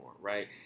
right